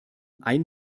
ein